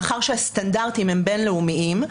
מאחר שהסטנדרטים הם בין-לאומיים,